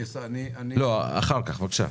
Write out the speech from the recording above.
אני התייחסתי --- אחר כך בבקשה.